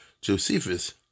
Josephus